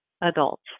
adults